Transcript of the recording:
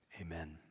Amen